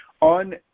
On